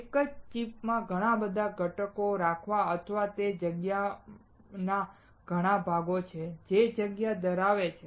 એક જ ચિપમાં ઘણાં બધાં ઘટકો રાખવા અથવા તે જગ્યાના ઘણાં ભાગો છે જે જગ્યા ધરાવતા છે